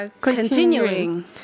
Continuing